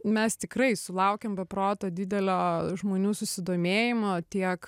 mes tikrai sulaukėm be proto didelio žmonių susidomėjimo tiek